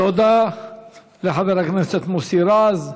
תודה לחבר הכנסת מוסי רז.